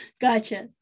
Gotcha